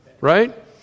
right